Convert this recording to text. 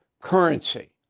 currency